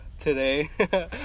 Today